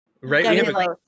Right